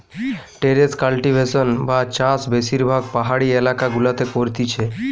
terrace cultivation বা চাষ বেশিরভাগ পাহাড়ি এলাকা গুলাতে করতিছে